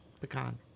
pecan